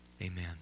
Amen